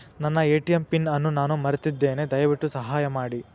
ನನ್ನ ATM pin ಅನ್ನು ನಾನು ಮರೆತಿದ್ದೇನೆ, ದಯವಿಟ್ಟು ಸಹಾಯ ಮಾಡಿ